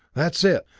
that's it!